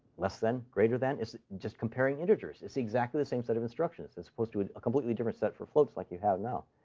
less than, greater than is just comparing integers. it's exactly the same set of instructions as opposed to a completely different set for floats, like you have now.